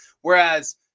Whereas